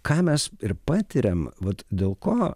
ką mes ir patiriam vat dėl ko